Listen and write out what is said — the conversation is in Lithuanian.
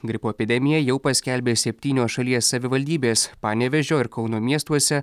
gripo epidemiją jau paskelbė septynios šalies savivaldybės panevėžio ir kauno miestuose